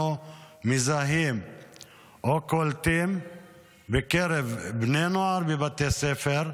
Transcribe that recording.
מזהים או קולטים בקרב בני נוער בבתי ספר.